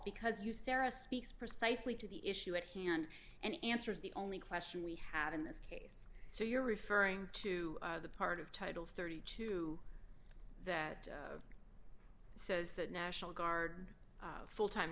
because you sarah speaks precisely to the issue at hand and answers the only question we have in this case so you're referring to the part of title thirty two dollars that says that national guard full time